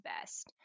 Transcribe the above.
best